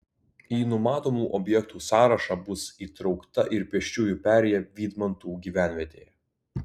į numatomų objektų sąrašą bus įtraukta ir pėsčiųjų perėja vydmantų gyvenvietėje